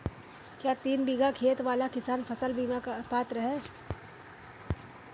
क्या तीन बीघा खेत वाला किसान फसल बीमा का पात्र हैं?